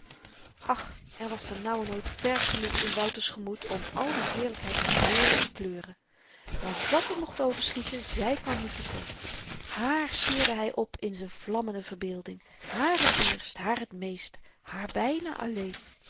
ach er was ter nauwernood verf genoeg in wouters gemoed om al die heerlykheid naar behooren te kleuren maar wàt er mocht overschieten zy kwam niet te kort hààr sierde hy op in z'n vlammende verbeelding haar t eerst haar t meest haar byna alleen